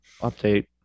update